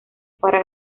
para